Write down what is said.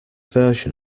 version